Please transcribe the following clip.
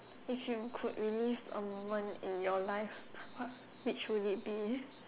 if you could relive a moment in your life what which would it be